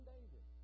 David